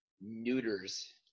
neuters